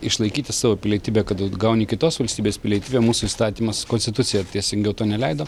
išlaikyti savo pilietybę kad atgauni kitos valstybės pilietybę mūsų įstatymas konstitucija teisingiau to neleido